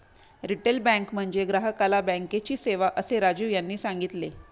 retail bank म्हणजे ग्राहकाला बँकेची सेवा, असे राजीव यांनी सांगितले